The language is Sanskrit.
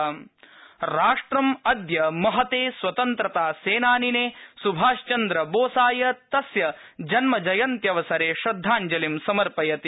नेताजी जन्म राष्ट्रम् अद्य महते स्वतन्त्रतासेनानिने स्भाषचन्द्रबोसाय तस्य जन्मजयन्त्यवसरे श्रद्धाव्जलिं समर्पयति